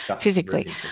physically